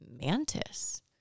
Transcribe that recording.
mantis